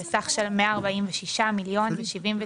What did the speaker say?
בגלל שהתרגלנו למה שיואב היה מביא לנו,